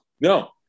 No